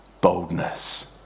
boldness